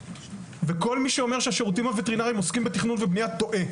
וכל מי שאומר שהשירותים הווטרינריים עוסקים בתכנון ובנייה טועה.